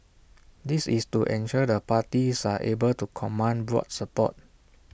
this is to ensure the parties are able to command broad support